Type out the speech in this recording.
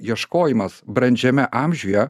ieškojimas brandžiame amžiuje